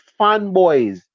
fanboys